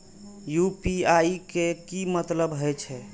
UPI के की मतलब हे छे?